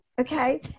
Okay